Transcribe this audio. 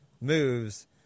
moves